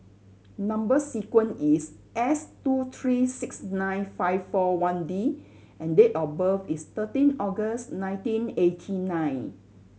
number sequence is S two three six nine five four one D and date of birth is thirteen August nineteen eighty nine